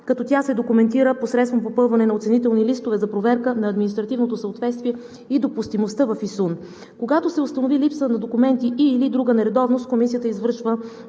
като тя се документира посредством попълване на оценителни листове за проверка на административното съответствие и допустимостта в ИСУН. Когато се установи липса на документи и/или друга нередовност, Комисията извършва